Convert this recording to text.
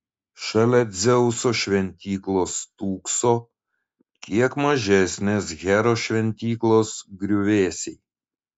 šalia dzeuso šventyklos stūkso kiek mažesnės heros šventyklos griuvėsiai